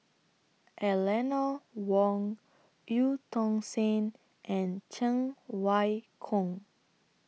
Eleanor Wong EU Tong Sen and Cheng Wai Keung